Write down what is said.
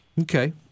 Okay